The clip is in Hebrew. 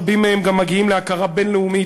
רבים מהם גם מגיעים להכרה בין-לאומית,